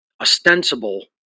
ostensible